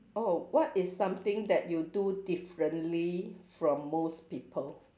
oh what is something that you do differently from most people